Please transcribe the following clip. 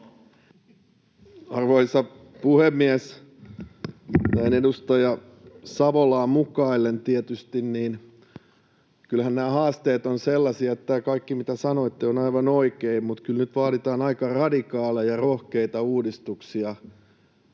Arvoisa puhemies! Näin edustaja Savolaa mukaillen, tietysti kyllähän nämä haasteet ovat sellaisia, että kaikki, mitä sanoitte, on aivan oikein, mutta kyllä nyt vaaditaan aika radikaaleja ja rohkeita uudistuksia